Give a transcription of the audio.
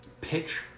pitch